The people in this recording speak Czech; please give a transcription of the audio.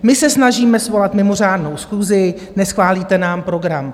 My se snažíme svolat mimořádnou schůzi neschválíte nám program.